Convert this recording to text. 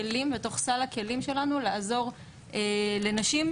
מכל מיני סוגים של אלימות טכנולוגית.